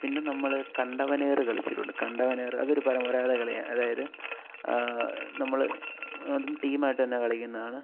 പിന്നെ നമ്മൾ കണ്ടവന് ഏറ് കളിച്ചിട്ടുണ്ട് കണ്ടവൻ ഏറ് അതൊരു പരമ്പരാഗത കളി അതായത് നമ്മൾ അതും ടീമായിട്ട് തന്നെ കളിക്കുന്നതാണ്